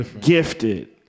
gifted